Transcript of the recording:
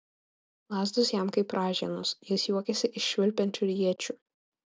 lazdos jam kaip ražienos jis juokiasi iš švilpiančių iečių